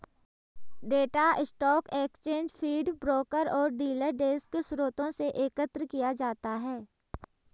data stock exchange feed, broker और dealer desk स्रोतों से एकत्र किया जाता है